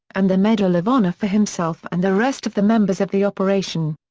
and the medal of honor for himself and the rest of the members of the operation.